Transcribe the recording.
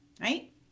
right